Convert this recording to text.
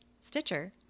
Stitcher